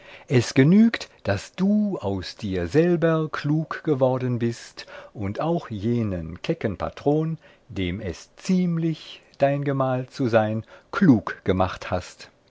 es genügt daß du aus dir selber klug geworden bist und auch jenen kecken patron dem es ziemlich dein gemahl zu sein klug gemacht hast